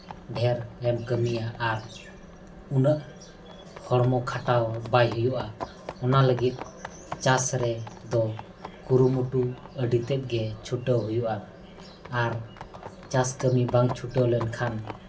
ᱰᱷᱮᱹᱨ ᱮᱢ ᱠᱟᱹᱢᱤᱭᱟ ᱟᱨ ᱩᱱᱟᱹᱜ ᱦᱚᱲᱢᱚ ᱠᱷᱟᱴᱟᱣ ᱵᱟᱭ ᱦᱩᱭᱩᱜᱼᱟ ᱚᱱᱟ ᱞᱟᱹᱜᱤᱫ ᱪᱟᱥ ᱨᱮ ᱫᱚ ᱠᱩᱨᱩᱢᱩᱴᱩ ᱟᱹᱰᱤ ᱛᱮᱫ ᱜᱮ ᱪᱷᱩᱴᱟᱹᱣ ᱦᱩᱭᱩᱜᱼᱟ ᱟᱨ ᱪᱟᱥ ᱠᱟᱹᱢᱤ ᱵᱟᱝ ᱪᱷᱩᱴᱟᱹᱣ ᱞᱮᱱᱠᱷᱟᱱ